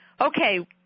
Okay